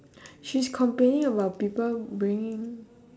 she's complaining about people bragging